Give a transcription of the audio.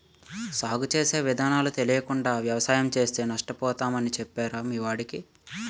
సాగు చేసే విధానాలు తెలియకుండా వ్యవసాయం చేస్తే నష్టపోతామని చెప్పరా మీ వాడికి